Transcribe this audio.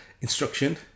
instruction